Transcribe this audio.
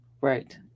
Right